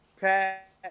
Pat